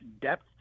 depth